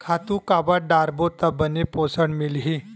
खातु काबर डारबो त बने पोषण मिलही?